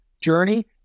journey